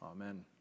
Amen